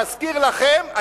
להזכיר לכם,